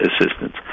assistance